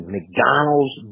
McDonald's